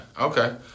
Okay